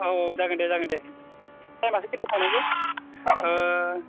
ओ औ जागोन दे जागोन दे टाइमासो खैथायाव थांनांगौ ओ